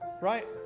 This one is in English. right